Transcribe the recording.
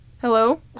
Hello